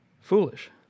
Foolish